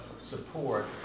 support